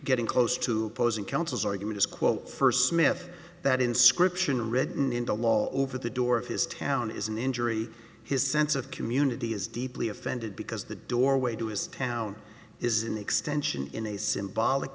getting close to closing counsel's argument is quote first smith that inscription written into law over the door of his town is an injury his sense of community is deeply offended because the doorway to his town is an extension in a symbolic